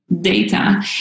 data